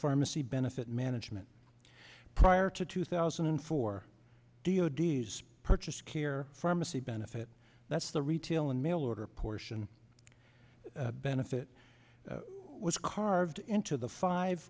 pharmacy benefit management prior to two thousand and four d o d s purchase care pharmacy benefit that's the retail and mail order portion benefit was carved into the five